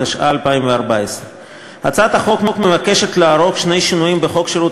התשע"ה 2014. הצעת החוק מבקשת לערוך שני שינויים בחוק שירות